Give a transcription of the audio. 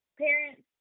parents